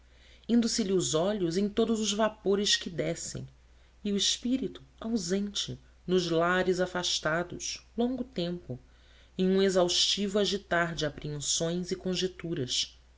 deveres indo se lhe os olhos em todos os vapores que descem e o espírito ausente nos lares afastados longo tempo em um exaustivo agitar de apreensões e conjeturas